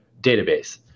database